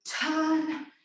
Turn